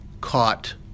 caught